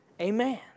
Amen